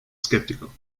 skeptical